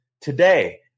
today